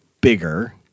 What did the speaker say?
bigger